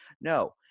No